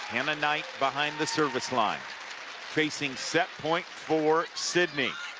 hannah knight behind the service line facing set point for sidney.